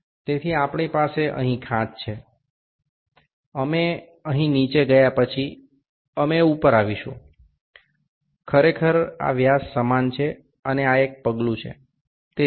সুতরাং আমাদের এখানে একটি খাঁজ আছে আমরা এখানে নামলাম তারপর আমরা উপরে আসব আসলে এই ব্যাসটি একই এবং এটি একটি ধাপ